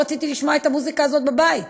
לא רציתי לשמוע את המוזיקה הזאת בבית,